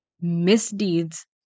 misdeeds